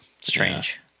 Strange